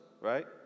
right